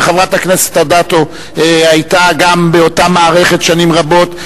וחברת הכנסת אדטו היתה גם באותה מערכת שנים רבות,